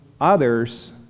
others